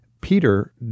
Peter